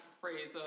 phrase